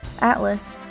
Atlas